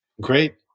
Great